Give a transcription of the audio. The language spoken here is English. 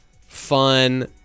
fun